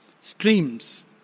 Streams